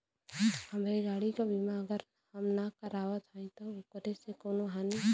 हमरे गाड़ी क बीमा अगर हम ना करावत हई त ओकर से कवनों हानि?